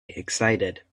excited